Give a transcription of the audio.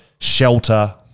shelter